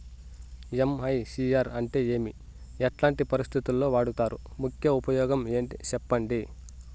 MICR అంటే ఏమి? ఎట్లాంటి పరిస్థితుల్లో వాడుతారు? ముఖ్య ఉపయోగం ఏంటి సెప్పండి?